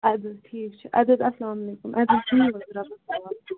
اَدٕ حظ ٹھیٖک چھُ اَدٕ حظ اَلسَلامُ علیکُم اَدٕ حظ بیٚہو حظ رۄبس حَوالہٕ